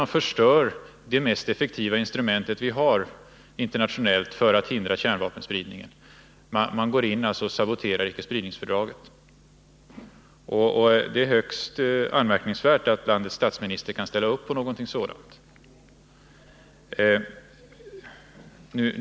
Man förstör det mest effektiva internationella instrument som vi har för att hindra kärnvapenspridningen, då man går in och saboterar icke-spridningsfördraget. Det är högst anmärkningsvärt att landets statsminister kan ställa upp på någonting sådant.